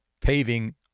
paving